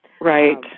Right